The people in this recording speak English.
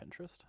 Pinterest